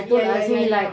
ya ya ya ya